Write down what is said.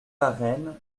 arène